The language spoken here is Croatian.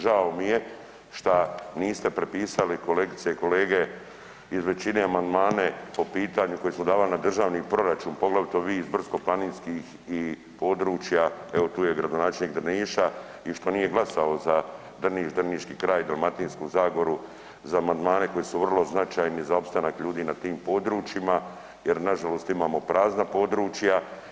Žao mi je šta niste prepisali kolegice i kolege iz većine amandmane po pitanju koje smo davali na državni proračun, poglavito vi iz brdsko-planinskih područja, evo tu je gradonačelnik Drniša i što nije glasalo za Drniš, Drniški kraj, Dalmatinsku zagoru, za amandmane koji su vrlo značajni za opstanak ljudi na tim područjima jer nažalost imamo prazna područja.